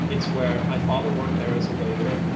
it's where my father worked there as a waiter.